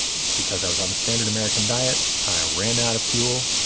because i was on the standard american diet. i ran out of fuel.